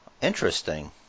Interesting